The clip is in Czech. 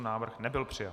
Návrh nebyl přijat.